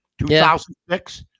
2006